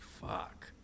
Fuck